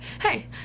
hey